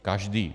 Každý!